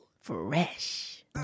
fresh